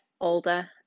older